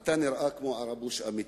אתה נראה כמו ערבוש אמיתי.